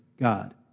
God